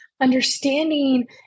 understanding